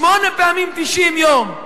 שמונה פעמים 90 יום,